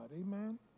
Amen